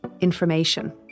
information